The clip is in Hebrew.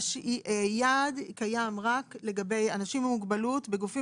קיים יעד רק לגבי אנשים עם מוגבלות בגופים